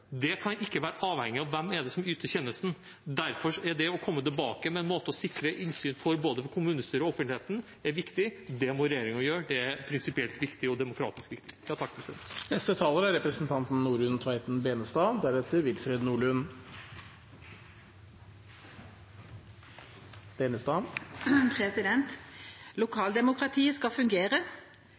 det kan ikke være avhengig av hvem som yter tjenesten. Derfor er det å komme tilbake med en måte å sikre innsyn på i både kommunestyret og offentligheten, viktig. Det må regjeringen gjøre. Det er prinsipielt viktig og demokratisk viktig. Lokaldemokratiet skal fungere. Det er kommunene som har ansvar for å levere velferdstjenestene, og det skal